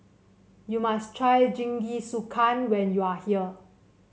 you must try Jingisukan when you are here